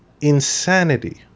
insanity